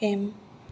M